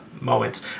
moments